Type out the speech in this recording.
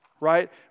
right